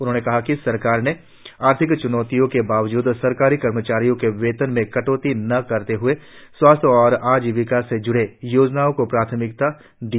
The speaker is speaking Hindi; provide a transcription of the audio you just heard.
उन्होंने कहा कि सरकार ने आर्थिक च्नौतियों के बावजूद सरकारी कर्मचारियों के वेतन में कटौती न करते हए स्वास्थ्य और आजीविका से जुड़ी योजनाओं को प्राथमिकता दी